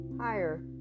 higher